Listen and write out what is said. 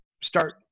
start